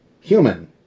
human